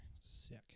Sick